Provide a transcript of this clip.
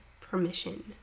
permission